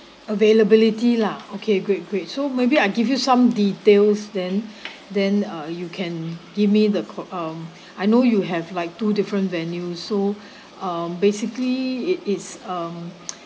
availability lah okay great great so maybe I'll give you some details then then uh you can give me the co~ um I know you have like two different venue so uh basically it is um